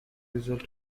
result